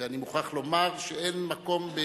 ואני מוכרח לומר שאין מקום,